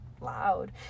Loud